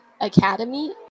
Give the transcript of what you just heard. academy